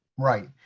right.